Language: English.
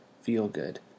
feel-good